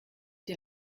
die